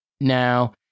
Now